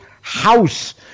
house